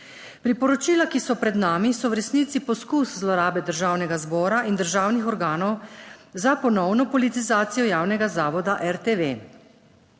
Priporočila, ki so pred nami, so v resnici poskus zlorabe Državnega zbora in državnih organov za ponovno politizacijo javnega zavoda RTV.